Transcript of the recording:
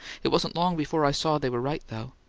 it wasn't long before i saw they were right, though.